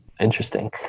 Interesting